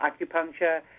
acupuncture